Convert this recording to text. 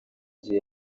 gihe